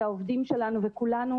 והעובדים שלנו וכולנו,